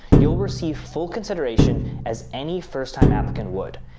you'll receive full consideration, as any first-time applicant would.